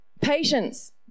Patience